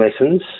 lessons